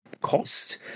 cost